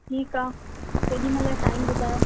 ठीकु आहे केॾीमहिल टाइम ॿुधायो